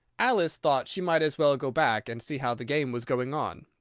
alice thought she might as well go back and see how the game was going on,